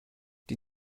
die